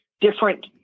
Different